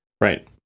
right